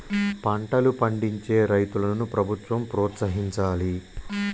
పంటలు పండించే రైతులను ప్రభుత్వం ప్రోత్సహించాలి